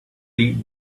deep